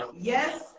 Yes